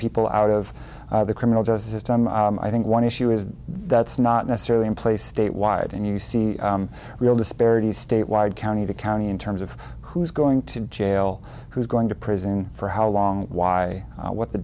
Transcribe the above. people out of the criminal justice system i think one issue is that's not necessarily in place statewide and you see real disparities statewide county to county in terms of who's going to jail who's going to prison for how long why what the